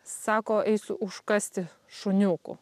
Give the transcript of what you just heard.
sako eis užkasti šuniukų